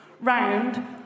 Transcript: round